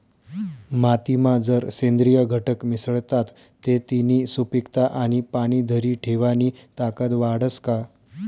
मातीमा जर सेंद्रिय घटक मिसळतात ते तिनी सुपीकता आणि पाणी धरी ठेवानी ताकद वाढस का?